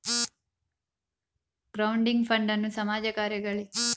crowding ಫಂಡನ್ನು ಸಮಾಜ ಕಾರ್ಯಗಳಿಗೆ ವೈದ್ಯಕೀಯ ಸೌಲಭ್ಯಗಳಿಗೆ ಮುಂತಾದ ಕಾರ್ಯಗಳಿಗೆ ಸಂಗ್ರಹಿಸಲಾಗುತ್ತದೆ